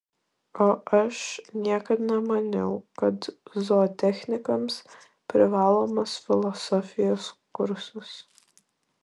o aš niekad nemaniau kad zootechnikams privalomas filosofijos kursas